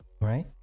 right